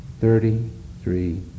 Thirty-three